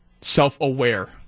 self-aware